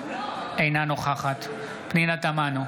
אינה נוכחת פנינה תמנו,